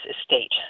estate